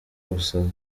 gusaza